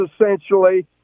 essentially